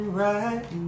right